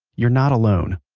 you're not alone.